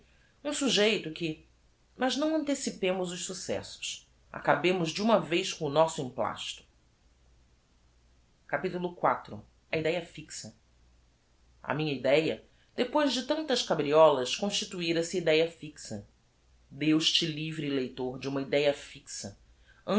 um sujeito que mas não anticipemos os successos acabemos de uma vez com o nosso emplasto capitulo iv a idéa fixa a minha idéa depois de tantas cabriolas constituira se idéa fixa deus te livre leitor de uma idéa fixa